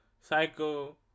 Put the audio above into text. psycho